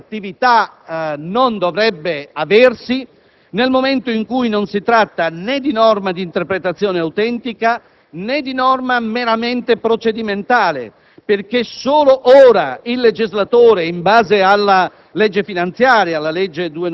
la retroattività non dovrebbe aversi nel momento in cui non si tratta né di norma di interpretazione autentica, né di norma meramente procedimentale, perché solo ora il legislatore, in base alla